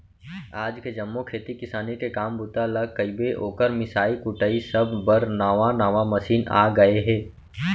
आज के जम्मो खेती किसानी के काम बूता ल कइबे, ओकर मिंसाई कुटई सब बर नावा नावा मसीन आ गए हे